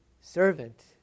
servant